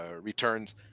returns